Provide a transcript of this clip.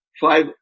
Five